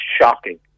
shocking